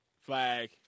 Flag